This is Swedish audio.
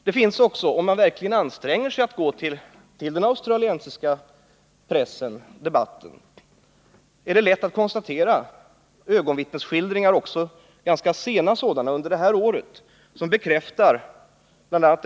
Om man verkligen anstränger sig och går till den australiensiska debatten är det lätt att finna också ganska sena ögonvittnesskildringar — från det här året — som bekräftar dessa uppgifter.